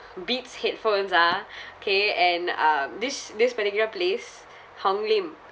Beats headphones ah K and um this this particular place hong lim